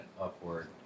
upward